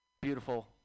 beautiful